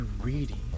reading